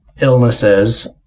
illnesses –